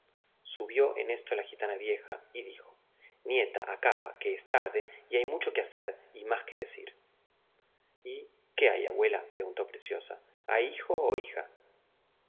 subió en esto la gitana vieja y dijo nieta acaba que es tarde y hay mucho que hacer y más que decir y qué hay abuela preguntó preciosa hay hijo o hija